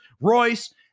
Royce